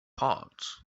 parts